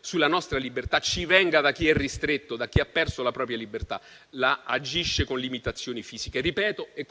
sulla nostra libertà ci venga da chi è ristretto, da chi ha perso la propria libertà e la agisce con limitazioni fisiche.